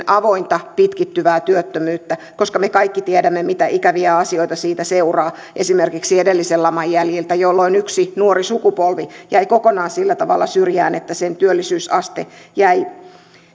avointa pitkittyvää työttömyyttä koska me kaikki tiedämme mitä ikäviä asioita siitä seuraa esimerkiksi edellisen laman jäljiltä jolloin yksi nuori sukupolvi jäi kokonaan sillä tavalla syrjään että sen työllisyysaste jäi